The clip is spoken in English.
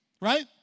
right